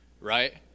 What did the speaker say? right